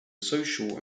social